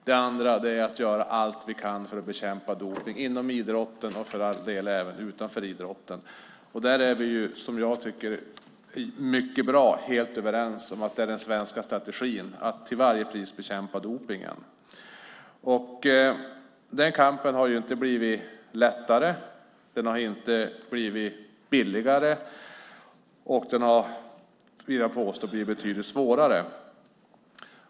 Den andra är att göra allt vi kan för att bekämpa dopning inom idrotten och även utanför idrotten. Jag tycker att det är bra att vi är helt överens om att den svenska strategin är att till varje pris bekämpa dopningen. Den kampen har inte blivit lättare och den har inte blivit billigare. Jag vill påstå att den har blivit betydligt svårare.